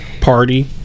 party